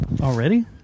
Already